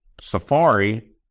Safari